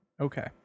Okay